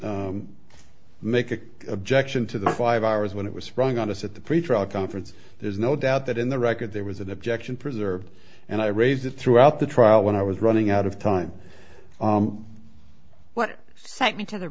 didn't make it objection to the five hours when it was sprung on us at the pretrial conference there's no doubt that in the record there was an objection preserved and i raised it throughout the trial when i was running out of time what